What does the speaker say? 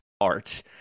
art